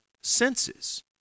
senses